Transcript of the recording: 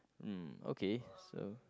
uh okay so